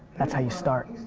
that's how you start.